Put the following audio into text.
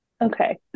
Okay